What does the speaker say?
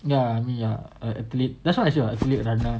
ya me ah uh athlete that's why I say athlete runner